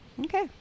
Okay